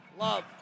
Love